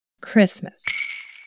Christmas